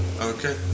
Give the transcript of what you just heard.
Okay